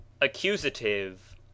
accusative